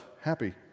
happy